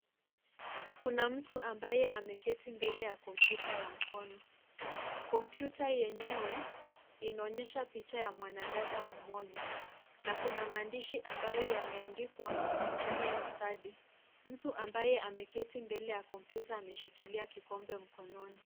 Kuna mtu ambaye ameketi mbele ya kompyuta ya mkono. Kompyuta yenyewe inaonyesha picha ya mwanadada mmoja na kuna maandishi ambayo yameandikwa online study . Mtu ambaye ameketi mbele ya kompyuta ameshikilia kikombe mkononi.